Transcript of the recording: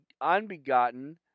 unbegotten